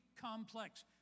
complex